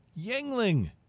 Yangling